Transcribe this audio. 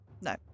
No